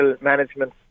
management